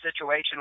situation